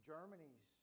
Germany's